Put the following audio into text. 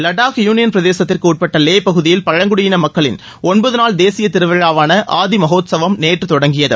Ladakh union பிரதேசத்திற்கு உட்பட்ட லே பகுதியில் பழங்குடியின மக்களின் ஒன்பதநாள் தேசிய திருவிழாவான ஆதி மகோத்சவம் நேற்று தொடங்கியது